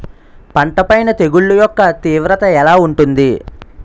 పంట పైన తెగుళ్లు యెక్క తీవ్రత ఎలా ఉంటుంది